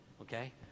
Okay